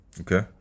Okay